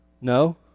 No